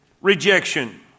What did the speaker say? Rejection